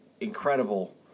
incredible